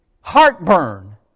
heartburn